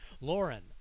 Lauren